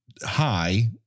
high